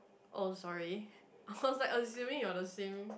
oh sorry I was like assuming all the same